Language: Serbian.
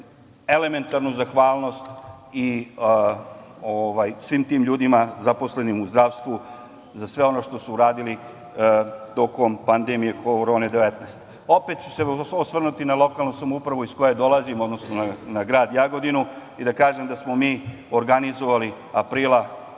elementarnu zahvalnost svim tim ljudima zaposlenim u zdravstvu za sve ono što su uradili tokom pandemije korone-19.Opet ću se osvrnuti na lokalnu samoupravu iz koje dolazim, odnosno na grad Jagodinu i da kažem da smo mi organizovali aprila